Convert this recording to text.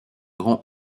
rend